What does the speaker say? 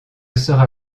sera